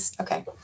okay